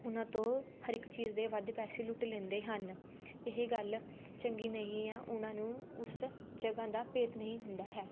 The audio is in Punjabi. ਉਹਨਾਂ ਤੋਂ ਹਰ ਇੱਕ ਚੀਜ਼ ਦੇ ਵੱਧ ਪੈਸੇ ਲੁੱਟ ਲੈਂਦੇ ਹਨ ਇਹ ਗੱਲ ਚੰਗੀ ਨਹੀਂ ਆ ਉਹਨਾਂ ਨੂੰ ਉਸ ਜਗ੍ਹਾ ਦਾ ਭੇਤ ਨਹੀਂ ਹੁੰਦਾ ਹੈ